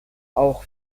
auch